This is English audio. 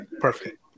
perfect